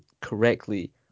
correctly